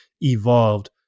evolved